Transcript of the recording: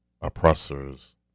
oppressors